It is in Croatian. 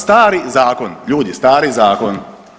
Stari zakon, ljudi, stari zakon.